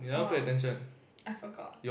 oh I forgot